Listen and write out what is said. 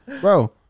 Bro